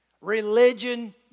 Religion